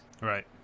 Right